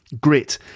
Grit